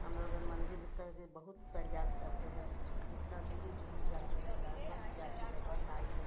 हम लोगन मंदिर तरे बहुत प्रयास करते हैं जितना दूरी दूरी जाते हैं जहाँ बस जाती है बस आई है